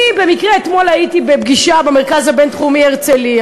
אני במקרה אתמול הייתי בפגישה במרכז הבין-תחומי הרצליה,